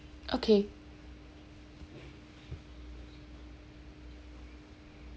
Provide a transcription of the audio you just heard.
okay